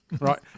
right